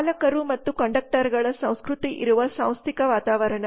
ಚಾಲಕರು ಮತ್ತು ಕಂಡಕ್ಟರ್ಗಳ ಸಂಸ್ಕೃತಿ ಇರುವ ಸಾಂಸ್ಥಿಕ ವಾತಾವರಣ